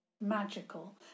magical